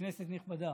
כנסת נכבדה,